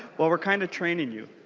well we're kind of training you.